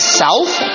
south